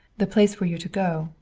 the place for you to go,